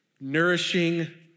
nourishing